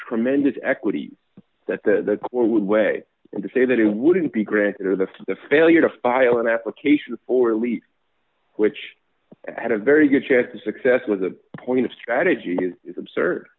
tremendous equity that the court would weigh in to say that it wouldn't be granted or that the failure to file an application for relief which had a very good chance of success with the point of strategy is absurd